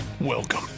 Welcome